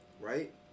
right